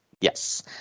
Yes